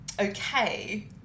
okay